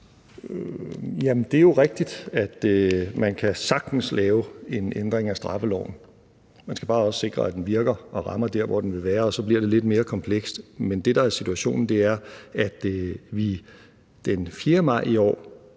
Det er jo rigtigt, at man sagtens kan lave en ændring af straffeloven; man skal bare også sikre, at den virker og rammer der, hvor den skal, og så bliver det lidt mere komplekst. Men det, der er situationen, er, at vi den 4. maj i år,